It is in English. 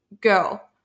girl